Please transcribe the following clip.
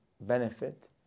benefit